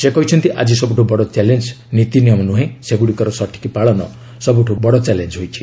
ସେ କହିଛନ୍ତି ଆଜି ସବୁଠୁ ବଡ଼ ଚ୍ୟାଲେଞ୍ଜ ନୀତିନିୟମ ନୁହେଁ ସେଗୁଡ଼ିକର ସଠିକ୍ ପାଳନ ସବୁଠୁ ବଡ଼ ଚ୍ୟାଲେଞ୍ଜ ହୋଇଛି